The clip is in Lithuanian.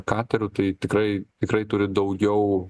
katerių tai tikrai tikrai turi daugiau